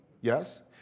yes